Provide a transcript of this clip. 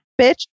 bitch